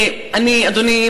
אדוני,